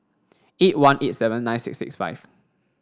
eight one eight seven nine six six five